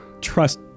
Trust